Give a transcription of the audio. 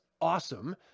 awesome